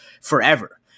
forever